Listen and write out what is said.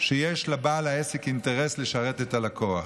שבו יש לבעל העסק אינטרס לשרת את הלקוח,